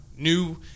new